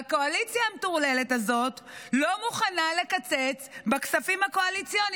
והקואליציה המטורללת הזאת לא מוכנה לקצץ בכספים הקואליציוניים,